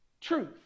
truth